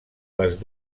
les